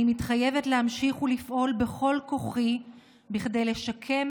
אני מתחייבת להמשיך ולפעול בכל כוחי כדי לשקם